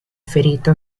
ferito